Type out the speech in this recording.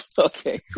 Okay